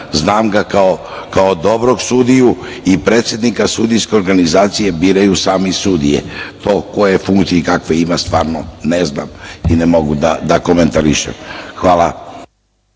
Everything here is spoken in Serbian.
znam ga kao dobrog sudiju i predsednika Sudijske organizacije biraju same sudije. To koje funkcije i kakve ima stvarno ne znam i ne mogu da komentarišem. Hvala.